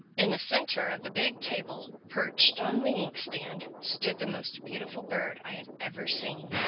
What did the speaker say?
in the centre of the big table, perched on the ink-stand, stood the most beautiful bird i have ever seen.